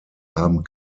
haben